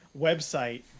website